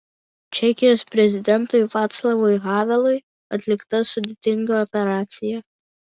čekijos prezidentui vaclavui havelui atlikta sudėtinga operacija